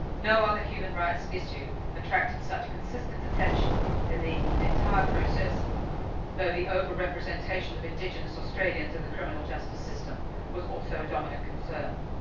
no other human rights issue attracted such consistent attention in the entire process though the overrepresentation of indigenous australians in the criminal justice system was also a dominant concern.